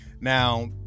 Now